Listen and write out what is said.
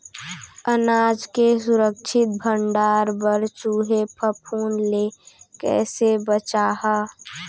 अनाज के सुरक्षित भण्डारण बर चूहे, फफूंद ले कैसे बचाहा?